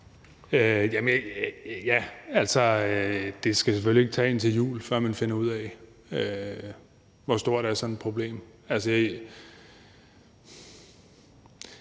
Dybvad Bek): Det skal jo selvfølgelig ikke tage indtil jul, før man finder ud af, hvor stort sådan et problem